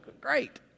great